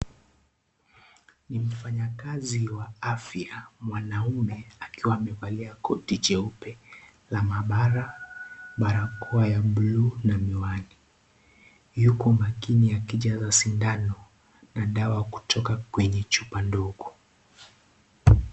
Ni mfanyikazi wa afya mwanaume akiwa amevalia koti jeupe la maabara, barakoa ya bluu na miwani. Yuko makini akijaza sindano na dawa kutoka kwenye chupa ndogo.